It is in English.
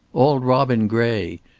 auld robin gray,